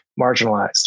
marginalized